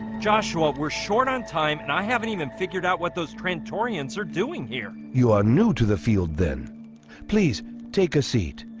joshua were short on time, and i haven't even figured out what those trant orient's are doing here you are new to the field then please take a seat